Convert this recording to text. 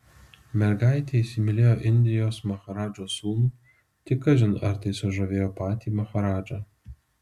mergaitė įsimylėjo indijos maharadžos sūnų tik kažin ar tai sužavėjo patį maharadžą